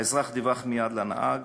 האזרח דיווח מייד לנהג,